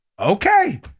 Okay